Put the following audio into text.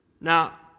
Now